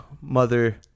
Mother